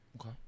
Okay